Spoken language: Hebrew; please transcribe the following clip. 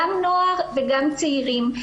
גם נוער וגם צעירים.